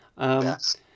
Yes